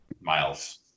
Miles